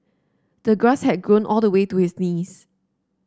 the grass had grown all the way to his knees